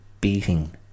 beating